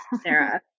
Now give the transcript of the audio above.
Sarah